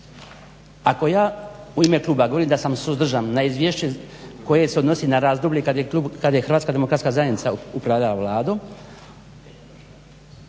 Ako ja u ime kluba govorim da sam suzdržan na izvješće koje se odnosi na razdoblje kada je HDZ upravljao Vladom,